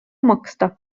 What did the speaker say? maksta